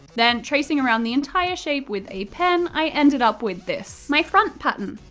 then, tracing around the entire shape with a pen, i ended up with this my front pattern!